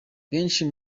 benshi